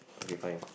okay fine